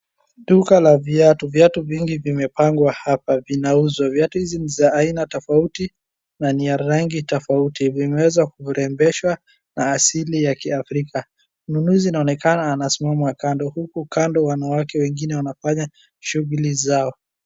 Duka la viatu, viatu vingi vimepangwa hapa vinauzwa. Viatu hivi ni za aina tofauti na ni ya rangi tofauti vimeweza kurembeshwa na asili ya kiafrika. Mnunuzi inaonekana anasimama kando huku kando wanawake wengine wanafanya shughuli zao.